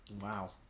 Wow